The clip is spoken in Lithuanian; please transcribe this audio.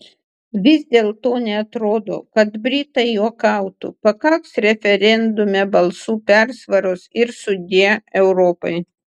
vis dėlto neatrodo kad britai juokautų pakaks referendume balsų persvaros ir sudie europai